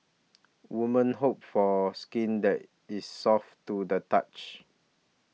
women hope for skin that is soft to the touch